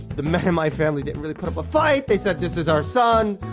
the men in my family didn't really put up a fight. they said, this is our son,